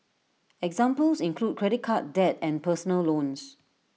examples include credit card debt and personal loans